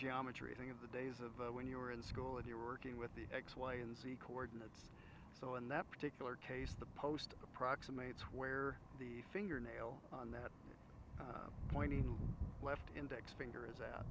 geometry thing of the days of when you were in school and you're working with the x y and z coordinates so in that particular case the post approximates where the fingernail on that pointing left index finger is at